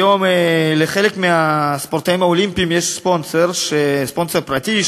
היום לחלק מהספורטאים האולימפיים יש ספונסר פרטי,